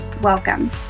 welcome